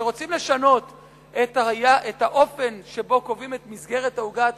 וכשרוצים לשנות את האופן שבו קובעים את מסגרת העוגה התקציבית,